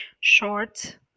short